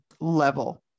level